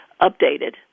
updated